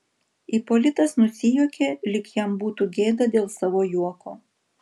ipolitas nusijuokė lyg jam būtų gėda dėl savo juoko